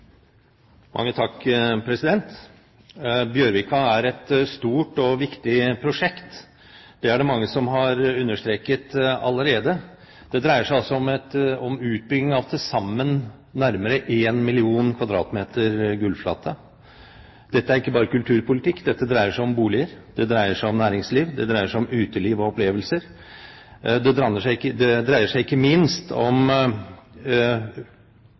et stort og viktig prosjekt. Det er det mange som har understreket allerede. Det dreier seg altså om utbygging av til sammen nærmere 1 000 000 m2 gulvflate. Dette er ikke bare kulturpolitikk – det dreier seg om boliger, det dreier seg om næringsliv, det dreier seg om uteliv og opplevelser, og det dreier seg ikke minst om trafikknavet – trafikknutepunktet der havn møter bane og vei. Det